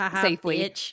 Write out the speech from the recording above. safely